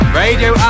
radio